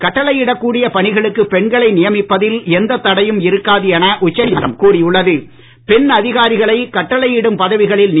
கட்டளை இடக்கூடிய பணிகளுக்கு பெண்களை நியமிப்பதில் எந்த தடையும் இருக்காது என உச்சநீதிமன்றம் கூறி பெண் அதிகாரிகளை கட்டளையிடும் பதவிகளில் உள்ளது